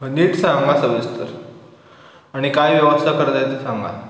नीट सांगा सविस्तर आणि काय व्यवस्था करता येते सांगा